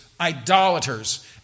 idolaters